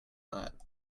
that